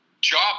job